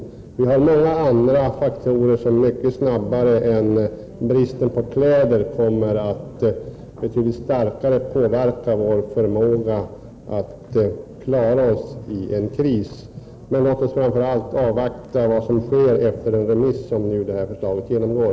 Det finns många andra faktorer än bristen på kläder som mycket snabbare och betydligt starkare påverkar vår förmåga att klara oss i en kris. Men låt oss framför allt avvakta vad som sker efter den remissbehandling som förslaget nu genomgår.